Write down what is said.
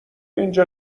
اینجا